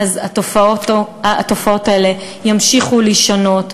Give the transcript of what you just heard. התופעות האלה ימשיכו ויישנו,